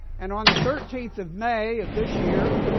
and on the thirteenth of may of this year,